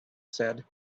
said